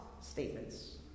statements